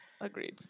Agreed